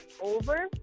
over